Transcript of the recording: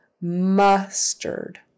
Mustard